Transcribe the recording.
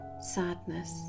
sadness